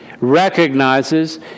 recognizes